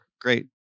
great